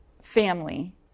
family